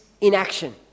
inaction